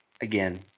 again